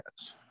Yes